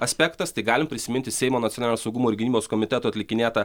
aspektas tai galim prisiminti seimo nacionalinio saugumo ir gynybos komiteto atlikinėtą